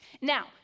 Now